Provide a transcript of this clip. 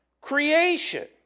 creation